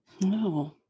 no